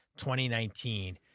2019